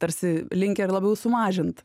tarsi linkę ir labiau sumažint